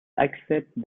accepte